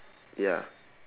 ya